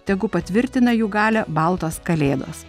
tegu patvirtina jų galią baltos kalėdos